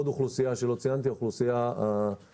יש עוד אוכלוסייה שלא ציינתי יש את האוכלוסייה הערבית,